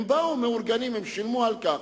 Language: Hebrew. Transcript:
הם באו מאורגנים, הם שילמו על כך.